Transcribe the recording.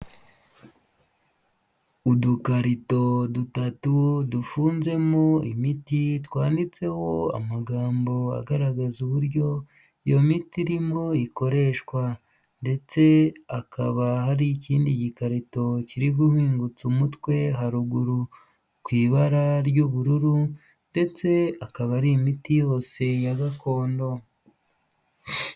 Udukarito dutatu dufunzemo imiti twanditseho amagambo agaragaza uburyo iyo miti irimo ikoreshwa, ndetse hakaba hari ikindi gikarito kiri guhingutsa umutwe haruguru ku ibara ry'ubururu, ndetse akaba ari imiti yose ya gakondo.